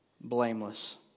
blameless